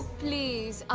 please.